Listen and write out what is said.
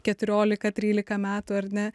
keturiolika trylika metų ar ne